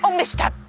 um mr.